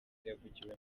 yavugiwemo